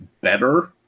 better